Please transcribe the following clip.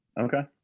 Okay